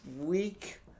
week